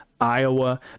Iowa